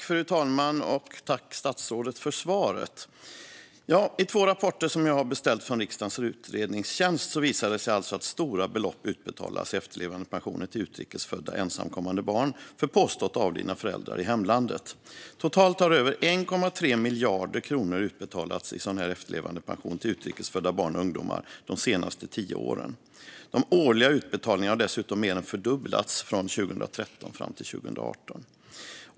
Fru talman! Tack för svaret, statsrådet! I två rapporter som jag har beställt från riksdagens utredningstjänst visar det sig att stora belopp utbetalas i efterlevandepensioner till utrikes födda, ensamkommande barn med påstått avlidna föräldrar i hemlandet. Totalt har över 1,3 miljarder kronor utbetalats i sådan efterlevandepension till utrikes födda barn och ungdomar de senaste tio åren. De årliga utbetalningarna har dessutom mer än fördubblats mellan 2013 och 2018.